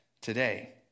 today